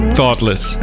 Thoughtless